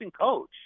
coach